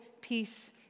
peace